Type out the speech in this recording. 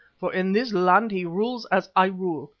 for in this land he rules as i rule,